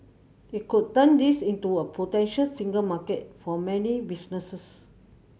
it could turn this into a potential single market for many businesses